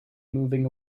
moving